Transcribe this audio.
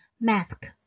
Mask